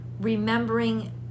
remembering